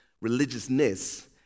religiousness